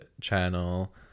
channel